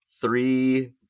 three